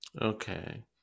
Okay